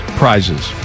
prizes